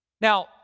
Now